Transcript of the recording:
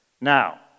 Now